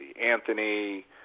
Anthony